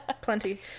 plenty